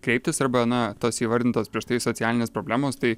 kreiptis arba na tos įvardintos prieš tai socialinės problemos tai